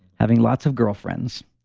having lots of girlfriends,